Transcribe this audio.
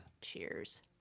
Cheers